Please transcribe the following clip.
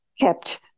kept